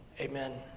amen